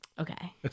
Okay